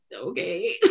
okay